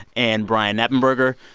and brian knappenberger,